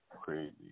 crazy